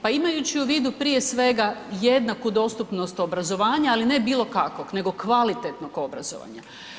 Pa imajući u vidu prije svega jednaku dostupnost obrazovanja ali ne bilo kakvog, nego kvalitetnog obrazovanja.